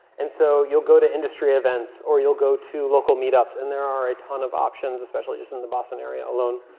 and so you'll go to industry events or you'll go to local meetups, and there are a ton of options, especially just in the boston area alone.